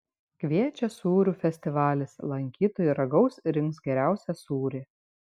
kviečia sūrių festivalis lankytojai ragaus ir rinks geriausią sūrį